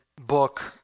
book